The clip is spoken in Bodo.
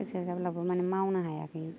गोसो जाब्लाबो माने मावनो हायाखै